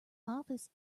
office